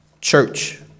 church